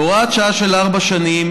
הוראת השעה היא לארבע שנים,